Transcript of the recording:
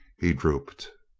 he drooped.